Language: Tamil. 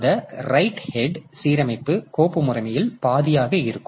அந்த ரைட் ஹெட் சீரமைப்பு கோப்பு முறைமையில் பாதியாக இருக்கும்